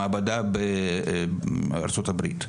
במעבדה בארצות הברית.